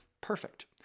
Perfect